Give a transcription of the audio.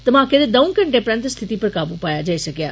धमाके दे दौंऊ घंटे परैन्त स्थिति पर काबू पाया जाई सकेआ